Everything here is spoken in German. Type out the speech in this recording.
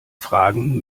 fragen